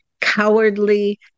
cowardly